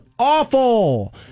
awful